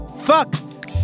Fuck